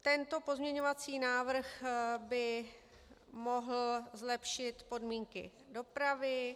Tento pozměňovací návrh by mohl zlepšit podmínky dopravy.